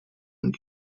and